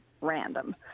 random